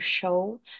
show